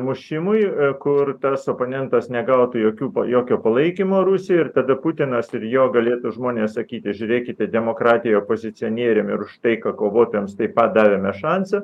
mušimui kur tas oponentas negautų jokių pa jokio palaikymo rusijoj ir tada putinas ir jo galėtų žmonės sakyti žiūrėkite demokratija opozicionieriam ir už taiką kovotojams taip pat davėme šansą